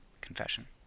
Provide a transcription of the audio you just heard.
Confession